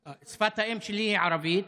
רשמית, רשמית, שפת האם שלי היא ערבית,